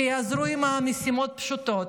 שיעזרו במשימות פשוטות,